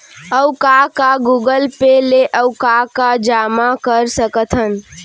अऊ का का गूगल पे ले अऊ का का जामा कर सकथन?